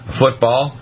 football